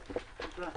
הישיבה.